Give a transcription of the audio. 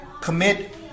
commit